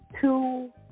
two